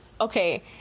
okay